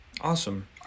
Awesome